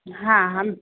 हा हम